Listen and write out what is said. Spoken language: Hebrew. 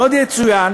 עוד יצוין